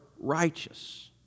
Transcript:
righteous